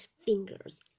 fingers